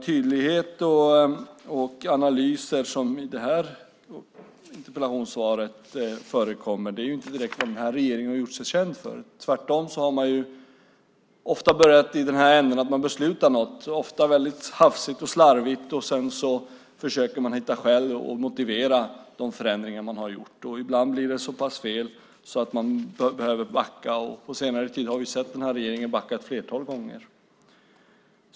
Tydlighet och analys, som det talas om i interpellationssvaret, är inte något som den nuvarande regeringen direkt gjort sig känd för. Tvärtom har man ofta börjat med att besluta om något, ofta dessutom hafsigt och slarvigt, och sedan försökt hitta olika skäl för att kunna motivera de förändringar man gjort. Ibland blir det så pass mycket fel att man behöver backa. På senare tid har vi sett regeringen backa ett flertal gånger.